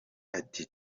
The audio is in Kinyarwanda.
ati